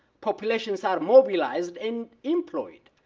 populations are mobilized and employed.